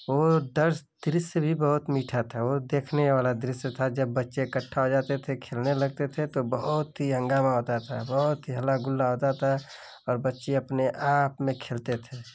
वो दर्स दृश्य भी बहुत मीठा था वो देखने वाला दृश्य था जब बच्चे इकट्ठा हो जाते थे खेलने लगते थे तो बहुत ही हंगामा होता था बहुत ही हल्ला गुल्ला होता था और बच्चे अपने आप में खेलते थे